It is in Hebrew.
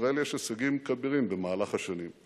לישראל יש הישגים כבירים במהלך השנים,